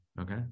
Okay